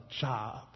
job